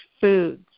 foods